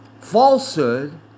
falsehood